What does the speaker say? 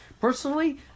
personally